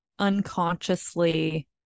unconsciously